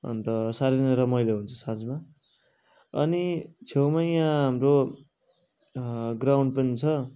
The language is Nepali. अन्त साह्रै नै रमाइलो हुन्छ साँझमा अनि छेउमा यहाँ हाम्रो ग्राउन्ड पनि छ